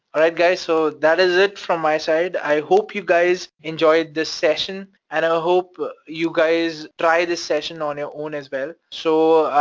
alright guys, so that is it from my side, i hope you guys enjoyed this session and i hope you guys try this session on your own as well. so,